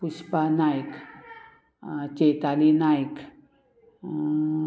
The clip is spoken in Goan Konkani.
पुष्पा नायक चैताली नायक